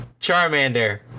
Charmander